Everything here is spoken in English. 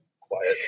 quiet